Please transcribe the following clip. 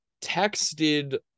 texted